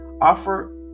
offer